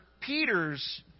Peter's